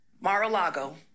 Mar-a-Lago